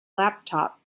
laptop